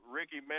Ricky